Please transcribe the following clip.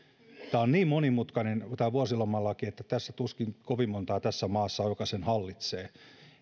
vuosilomalaki on niin monimutkainen että tuskin kovin montaa tässä maassa on jotka sen hallitsevat